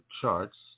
charts